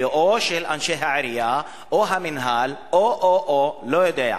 או אנשי העירייה, או המינהל, או, או, או, לא יודע,